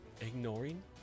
ignoring